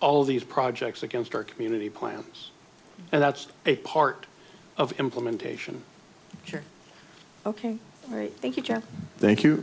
all these projects against our community plans and that's a part of implementation sure ok all right thank you thank you